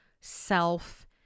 self